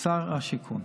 שר השיכון.